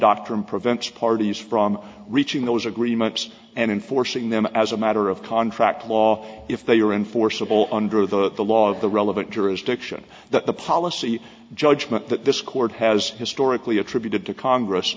doctrine prevents parties from reaching those agreements and enforcing them as a matter of contract law if they are enforceable under the law of the relevant jurisdiction that the policy judgment that this court has historically attributed to congress